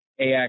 ax